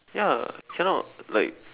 ya cannot like